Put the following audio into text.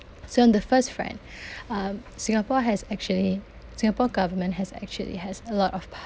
so on the first front um singapore has actually singapore government has actually has a lot of